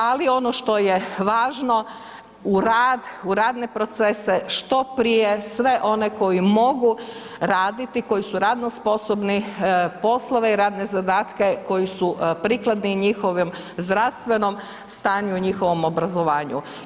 Ali ono što je važno u rad, u radne procese što prije sve one koji mogu raditi i koji su radno sposobni poslove i radne zadatke koji su prikladni njihovom zdravstvenom stanju i njihovom obrazovanju.